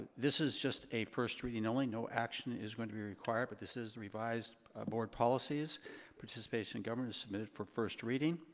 this is just a first reading only. no action is going to be required but this is the revised board policies participation in government is submitted for first reading